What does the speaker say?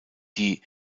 die